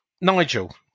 Nigel